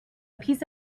piece